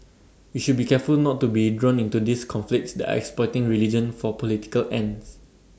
we should be careful not to be drawn into these conflicts that are exploiting religion for political ends